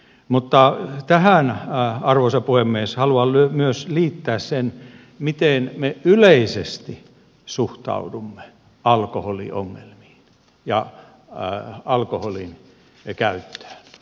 mutta tähän arvoisa puhemies haluan liittää myös sen miten me yleisesti suhtaudumme alkoholiongelmaan ja alkoholin käyttöön